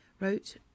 wrote